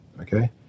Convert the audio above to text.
Okay